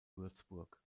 würzburg